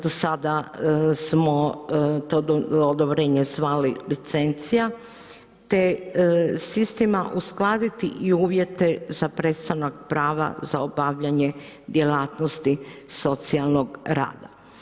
Sada smo to odobrenje zvali licencija te s istima uskladiti i uvjete za prestanak prava za obavljanje djelatnost socijalnog rada.